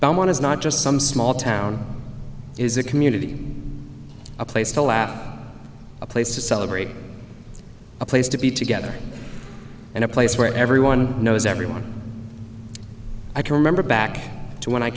belmont is not just some small town is a community a place to laugh a place to celebrate a place to be together in a place where everyone knows everyone i can remember back to when i